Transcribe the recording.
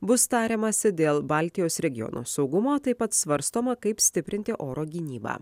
bus tariamasi dėl baltijos regiono saugumo taip pat svarstoma kaip stiprinti oro gynybą